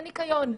אין ניקיון.